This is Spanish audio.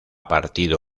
partido